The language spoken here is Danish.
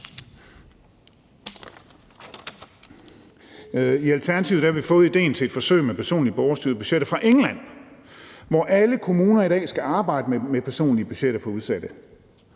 I Alternativet har vi fået idéen til forsøget med personlige borgerstyrede budgetter fra England, hvor alle kommuner i dag skal arbejde med personlige budgetter for udsatte.